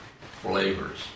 flavors